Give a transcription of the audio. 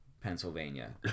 Pennsylvania